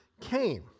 Came